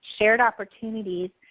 shared opportunities.